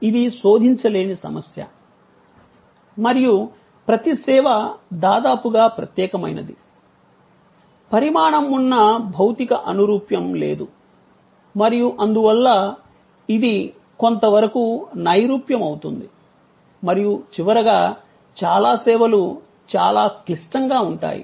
ఇది శోధించలేని సమస్య మరియు ప్రతి సేవ దాదాపుగా ప్రత్యేకమైనది పరిమాణం ఉన్న భౌతిక అనురూప్యం లేదు మరియు అందువల్ల ఇది కొంతవరకు నైరూప్యమవుతుంది మరియు చివరగా చాలా సేవలు చాలా క్లిష్టంగా ఉంటాయి